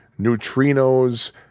Neutrinos